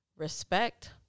respect